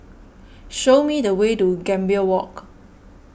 show me the way to Gambir Walk